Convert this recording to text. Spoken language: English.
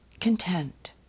content